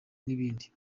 n’ibindi